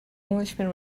englishman